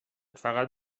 فقط